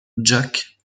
jak